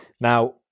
Now